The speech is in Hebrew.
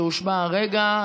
שהושבע הרגע,